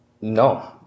no